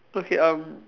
okay um